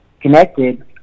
connected